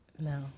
No